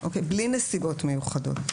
בלי נסיבות מיוחדות.